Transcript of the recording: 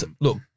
Look